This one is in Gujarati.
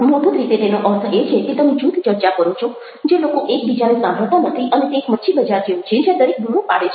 મૂળભૂત રીતે તેનો અર્થ એ છે કે તમે જૂથ ચર્ચા કરો છો જે લોકો એકબીજાને સાંભળતા નથી અને તે એક મચ્છી બજાર જેવું છે જ્યાં દરેક બૂમો પાડે છે